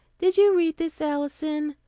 did you read this, alison?